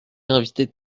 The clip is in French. invité